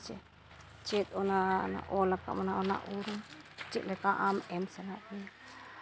ᱦᱮᱸᱪᱮ ᱪᱮᱫ ᱚᱱᱟ ᱚᱞᱟᱠᱟᱫᱼᱟ ᱢᱟᱱᱮ ᱚᱱᱟ ᱚᱞ ᱪᱮᱫᱞᱮᱠᱟ ᱟᱢ ᱮᱢ ᱥᱟᱱᱟᱭᱮᱫ ᱢᱮᱭᱟ